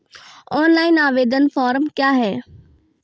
Online आवेदन form क्या हैं?